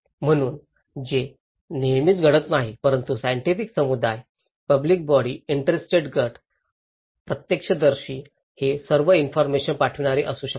म्हणून जे नेहमीच घडत नाही परंतु सायन्टिफिक समुदाय पब्लिक बॉडी इंटरेस्ट गट प्रत्यक्षदर्शी हे सर्व इन्फॉरमेशन पाठविणारे असू शकतात